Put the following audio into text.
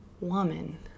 woman